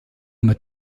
mit